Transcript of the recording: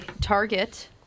Target